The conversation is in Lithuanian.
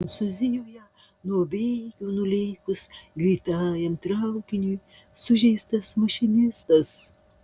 prancūzijoje nuo bėgių nulėkus greitajam traukiniui sužeistas mašinistas